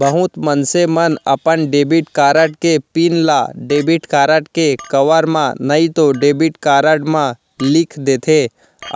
बहुत मनसे मन अपन डेबिट कारड के पिन ल डेबिट कारड के कवर म नइतो डेबिट कारड म लिख देथे,